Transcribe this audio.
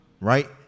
right